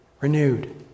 renewed